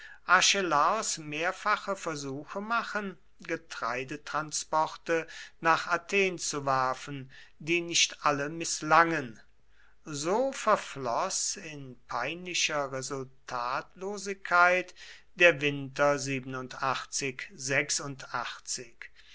archelaos mehrfache versuche machen getreidetransporte nach athen zu werfen die nicht alle mißlangen so verfloß in peinlicher resultatlosigkeit der winter